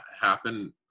happen